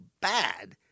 bad